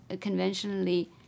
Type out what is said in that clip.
conventionally